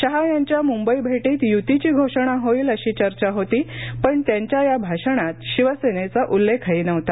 शहा यांच्या मुंबई भेटीत युतीची घोषणा होईल अशी चर्चा होती पण त्यांच्या या भाषणात शिवसेनेचा उल्लेखही नव्हता